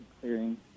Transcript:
clearing